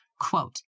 Quote